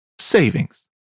savings